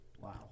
Wow